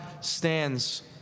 stands